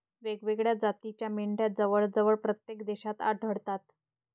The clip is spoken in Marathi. वेगवेगळ्या जातीच्या मेंढ्या जवळजवळ प्रत्येक देशात आढळतात